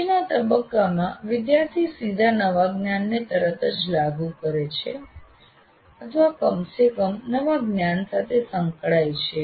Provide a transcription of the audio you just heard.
પછીના તબક્કામાં વિદ્યાર્થી સીધા નવા જ્ઞાનને તરત જ લાગુ કરે છે અથવા કમસે કમ નવા જ્ઞાન સાથે સંકળાય છે